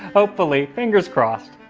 hopefully fingers crossed.